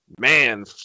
man